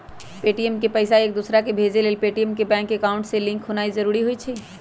Paytm से पईसा एकदोसराकेँ भेजे लेल पेटीएम के बैंक अकांउट से लिंक होनाइ जरूरी होइ छइ